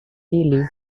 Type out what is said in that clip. tea